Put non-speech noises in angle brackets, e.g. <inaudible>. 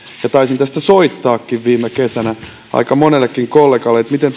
ja taisin tästä soittaakin viime kesänä aika monellekin kollegalle että miten <unintelligible>